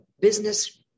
business